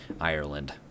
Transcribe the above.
ireland